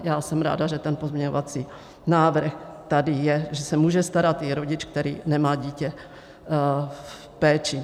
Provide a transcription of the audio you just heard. Já jsem ráda, že ten pozměňovací návrh tady je, že se může starat i rodič, který nemá dítě v péči.